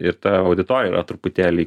ir ta auditorija yra truputėlį